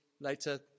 later